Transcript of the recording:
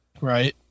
Right